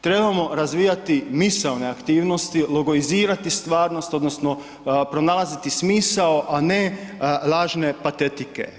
Trebamo razvijati misaone aktivnosti, logoizirati stvarnost odnosno pronalaziti smisao a ne lažne patetike.